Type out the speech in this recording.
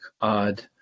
odd